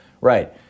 Right